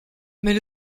mais